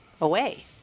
away